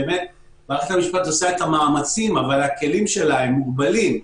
מערכת המשפט אכן עושה את המאמצים אבל הכלים שלה מוגבלים.